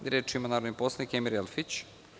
Reč ima narodni poslanik Emir Elfić.